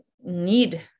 need